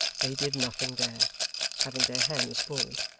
they did nothing there having their hands full.